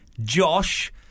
Josh